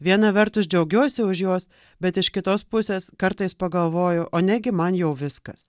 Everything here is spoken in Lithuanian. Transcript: viena vertus džiaugiuosi už juos bet iš kitos pusės kartais pagalvoju o negi man jau viskas